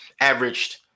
averaged